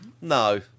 No